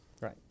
Right